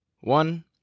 one